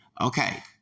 Okay